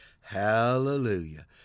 Hallelujah